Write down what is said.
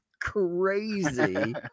crazy